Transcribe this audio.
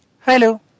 Hello